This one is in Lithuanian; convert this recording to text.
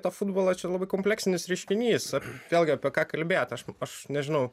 tą futbolą čia labai kompleksinis reiškinys vėlgi apie ką kalbėt aš aš nežinau